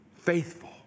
faithful